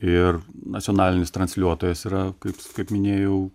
ir nacionalinis transliuotojas yra kaip minėjau